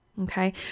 Okay